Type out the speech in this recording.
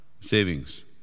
savings